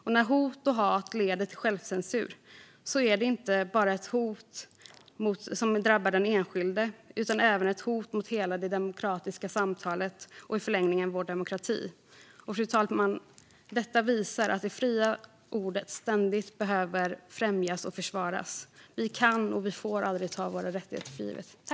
Och när hot och hat leder till självcensur är det ett hot som drabbar inte bara den enskilde; det drabbar även hela det demokratiska samtalet och hotar i förlängningen vår demokrati. Fru talman! Detta visar att det fria ordet ständigt behöver främjas och försvaras. Vi kan och får aldrig ta våra friheter för givna.